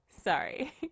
sorry